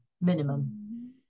minimum